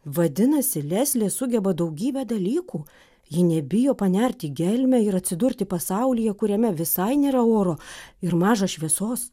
vadinasi leslė sugeba daugybę dalykų ji nebijo panerti į gelmę ir atsidurti pasaulyje kuriame visai nėra oro ir maža šviesos